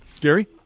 gary